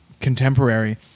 contemporary